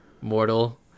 Mortal